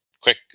quick